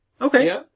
okay